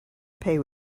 pay